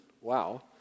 wow